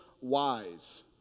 wise